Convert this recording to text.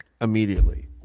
immediately